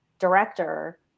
director